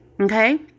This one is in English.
Okay